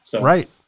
Right